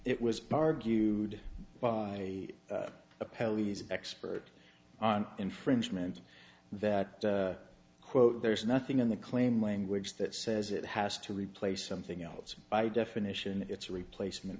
it was argued by a pelleas expert on infringement that quote there's nothing in the claim language that says it has to replace something else by definition it's replacement